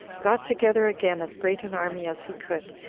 got together again as great an army as he could,